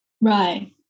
Right